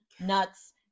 nuts